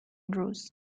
روز